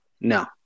no